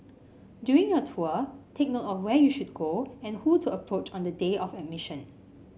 during your tour take note of where you should go and who to approach on the day of admission